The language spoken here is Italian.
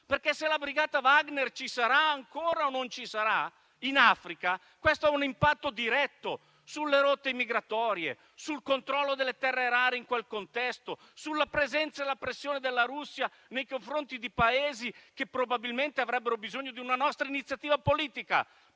che la Brigata Wagner ci sarà ancora o no in Africa avrà un impatto diretto sulle rotte migratorie, sul controllo delle terre rare in quel contesto, sulla presenza e sulla pressione della Russia nei confronti di Paesi che probabilmente avrebbero bisogno di una nostra iniziativa politica